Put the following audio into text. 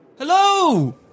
Hello